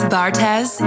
Bartez